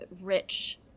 rich